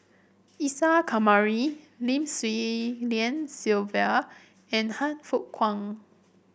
Isa Kamari Lim Swee Lian Sylvia and Han Fook Kwang